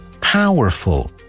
powerful